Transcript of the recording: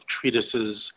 treatises